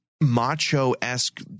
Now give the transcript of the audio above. macho-esque